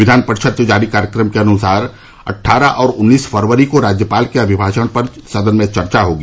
विधान परिषद से जारी कार्यक्रम के अनुसार अट्ठारह और उन्नीस फरवरी को राज्यपाल के अभिभाषण पर सदन में चर्चा होगी